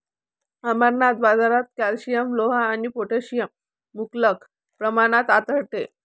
अमरनाथ, बाजारात कॅल्शियम, लोह आणि पोटॅशियम मुबलक प्रमाणात आढळते